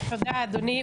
תודה, אדוני.